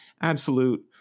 absolute